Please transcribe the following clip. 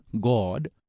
God